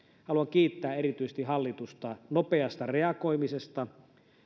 erityisesti hallitusta nopeasta reagoimisesta